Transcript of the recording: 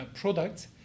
product